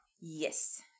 Yes